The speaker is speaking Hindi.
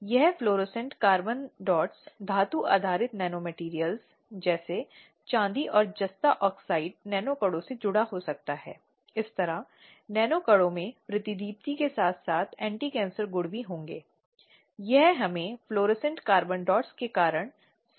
अब अध्यक्ष को कुछ मामलों में उस संगठन के कर्मचारी के रूप में वरिष्ठ स्तर पर काम करने वाली एक महिला होना चाहिए अगर यह उपलब्ध नहीं है तो इसे नामांकित किया जा सकता है या अध्यक्ष को नामित किया जा सकता है किसी भी अन्य कार्यालय इकाई विभाग या एक ही नियोक्ता के कार्य स्थान से